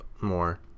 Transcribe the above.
more